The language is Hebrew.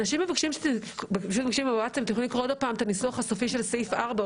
אנשים בווטסאפ מבקשים שוב את הניסוח הסופי של סעיף (4).